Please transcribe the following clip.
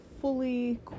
fully